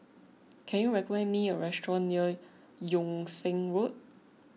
can you recommend me a restaurant near Yung Sheng Road